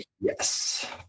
Yes